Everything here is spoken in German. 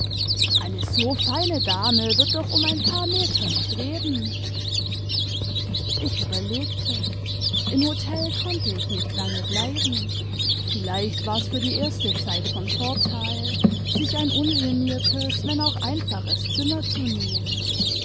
eine so feine dame wird doch um ein paar meter nicht reden ich überlegte im hotel konnte ich nicht lange bleiben vielleicht war's für die erste zeit von vorteil sich ein ungeniertes wenn auch einfaches zimmer zu nehmen